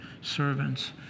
servants